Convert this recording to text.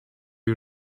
you